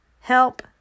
help